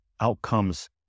outcomes